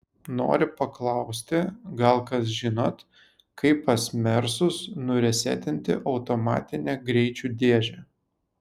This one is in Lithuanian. noriu paklausti gal kas žinot kaip pas mersus nuresetinti automatinę greičių dėžę